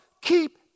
keep